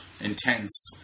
intense